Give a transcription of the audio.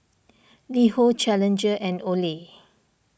LiHo Challenger and Olay